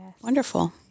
Wonderful